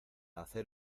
hacer